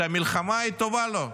עסק אחד שהמלחמה היא טובה לו.